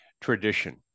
tradition